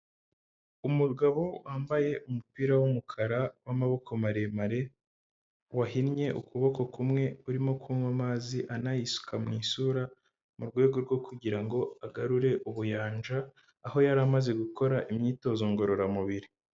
Umugabo wambaye umupira w'umukara w'amaboko maremare, wahinnye ukuboko kumwe, urimo kunywa amazi anayisuka mu isura, mu rwego rwo kugira ngo agarure ubuyanja, aho yari amaze gukora imyitozo ngororamubiri.